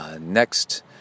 Next